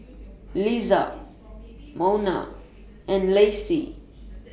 Liza Monna and Lacey